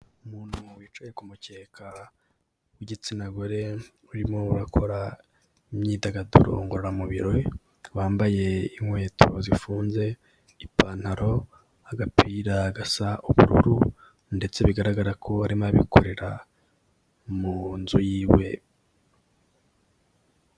Umuntu wicaye ku mukeka w'igitsina gore urimo urakora imyidagaduro ngororamubiri, wambaye inkweto zifunze, ipantaro, agapira gasa ubururu ndetse bigaragara ko arimo abikorera mu nzu y'iwe.